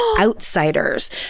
outsiders